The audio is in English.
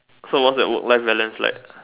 so what's your work life balance like